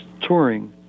touring